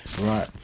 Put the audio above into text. right